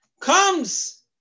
Comes